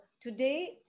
today